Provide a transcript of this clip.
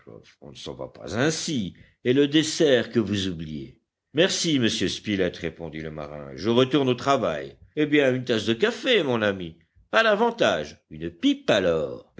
on ne s'en va pas ainsi et le dessert que vous oubliez merci monsieur spilett répondit le marin je retourne au travail eh bien une tasse de café mon ami pas davantage une pipe alors